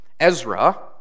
Ezra